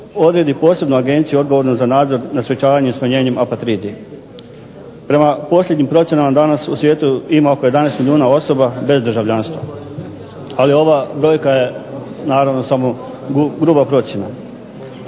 odredi posebnu agenciju odgovornu za nadzor za sprečavanje smanjenjem apatridija. Prema posljednjim procjenama danas u svijetu ima oko 11 milijuna osoba bez državljanstva. Ali ova brojka je naravno samo gruba procjena.